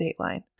Dateline